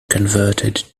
converted